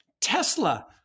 Tesla